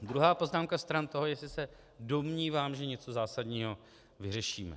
Druhá poznámka stran toho, jestli se domnívám, že něco zásadního vyřešíme.